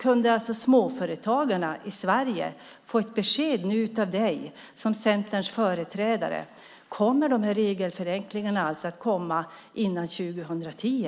Skulle jag och småföretagarna i Sverige nu kunna få ett besked av Jan Andersson som företrädare för Centern? Kommer regelförenklingarna före 2010?